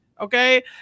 Okay